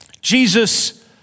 Jesus